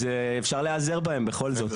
אז אפשר להיעזר בהם בכל זאת.